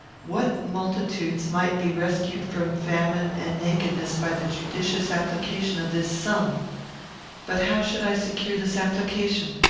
what multitudes might be rescued from famine and nakedness by the judicious application of this sum but how should i secure this application?